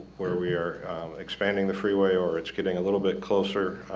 where we are expanding the freeway or it's getting a little bit closer